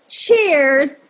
cheers